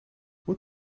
what